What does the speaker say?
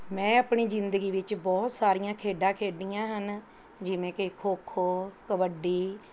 ਮੈਂ ਆਪਣੀ ਜ਼ਿੰਦਗੀ ਵਿੱਚ ਬਹੁਤ ਸਾਰੀਆਂ ਖੇਡਾਂ ਖੇਡੀਆਂ ਹਨ ਜਿਵੇਂ ਕਿ ਖੋ ਖੋ ਕਬੱਡੀ